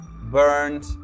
burned